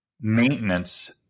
maintenance